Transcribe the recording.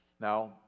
Now